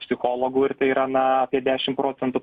psichologų ir tai yra na apie dešim procentų